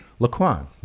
Laquan